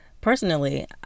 Personally